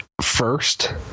first